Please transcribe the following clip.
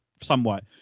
somewhat—